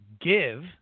give